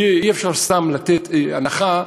אי-אפשר סתם לתת הנחה.